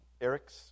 Eric's